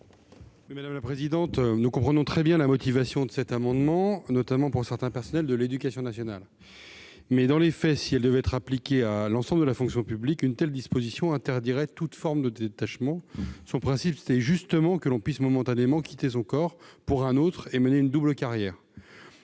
de la commission ? Nous comprenons très bien les motifs de cet amendement, notamment pour certains personnels de l'éducation nationale. Néanmoins, dans les faits, si elle devait être appliquée à l'ensemble de la fonction publique, une telle disposition interdirait toute forme de détachement. Le principe est justement que l'on puisse momentanément quitter son corps pour un autre et mener une double carrière.